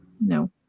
No